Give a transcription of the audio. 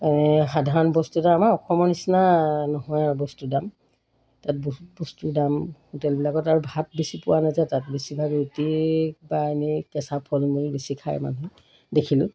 সাধাৰণ বস্তু এটা আমাৰ অসমৰ নিচিনা নহয় আৰু বস্তুৰ দাম তাত বহুত বস্তুৰ দাম হোটেলবিলাকত আৰু ভাত বেছি পোৱা নাযায় তাত বেছিভাগ ৰুটি বা এনেই কেঁচা ফল মূল বেছি খাই মানুহে দেখিলোঁ